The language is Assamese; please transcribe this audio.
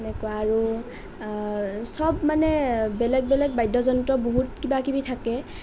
এনেকুৱা আৰু চব মানে বেলেগ বেলেগ বাদ্যযন্ত্ৰ বহুত কিবা কিবি থাকে